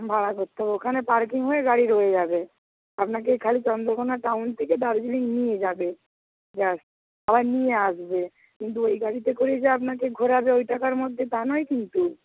ভাড়া করতে হবে ওখানে পারকিং হয়ে গাড়ি রয়ে যাবে আপনাকে খালি চন্দ্রকোনা টাউন থেকে দার্জিলিং নিয়ে যাবে ব্যাস আবার নিয়ে আসবে কিন্তু ওই গাড়িতে করেই যে আপনাকে ঘোরাবে ওই টাকার মধ্যে তা নয় কিন্তু